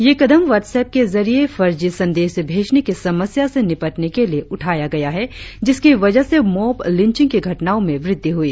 यह कदम व्हाटसऐप के जरिए फर्जी संदेश भेजने की समस्या से निपटने के लिए उठाया गया है जिसकी वजह से मॉब लिचिंग की घटनाओं में वृद्धि हुई